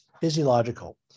physiological